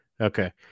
Okay